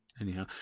Anyhow